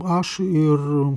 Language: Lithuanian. aš ir